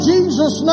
Jesus